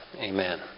Amen